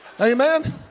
Amen